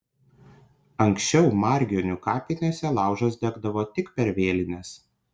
anksčiau margionių kapinėse laužas degdavo tik per vėlines